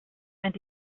and